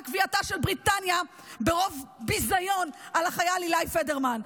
קביעתה של בריטניה ברוב ביזיון על החייל עילאי פדרמן.